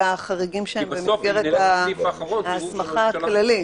אלא החריגים שהם במסגרת ההסמכה הכללית.